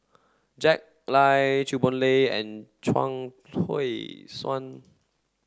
Jack Lai Chew Boon Lay and Chuang Hui Tsuan